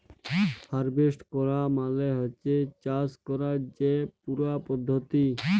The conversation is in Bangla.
হারভেস্ট ক্যরা মালে হছে চাষ ক্যরার যে পুরা পদ্ধতি